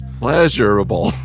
pleasurable